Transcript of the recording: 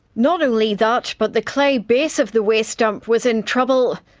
not only that but the clay base of the waste dump was in trouble,